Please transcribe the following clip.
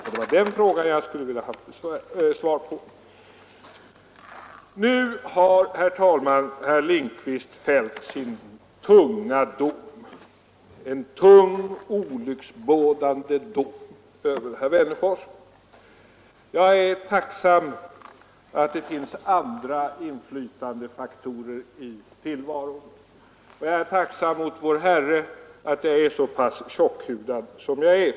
Det är den frågan jag skulle vilja ha svar på. Herr talman! Nu har herr Lindkvist fällt sin dom, en tung, olycksbådande dom, över denne Wennerfors. Jag är tacksam över att det finns andra inflytandefaktorer i tillvaron. Jag är tacksam mot vår Herre för att jag är så pass tjockhudad som jag är.